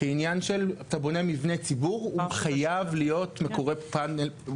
כעניין של: אתה בונה מבנה ציבור הוא חייב להיות מקורה סולרית.